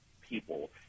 people